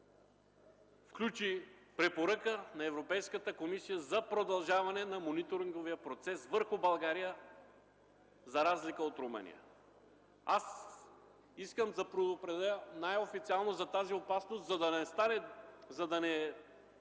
включи препоръка на Европейската комисия за продължаване на мониторинговия процес върху България, за разлика от Румъния. Аз искам да предупредя най-официално за тази опасност, за да не стане